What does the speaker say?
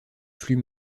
flux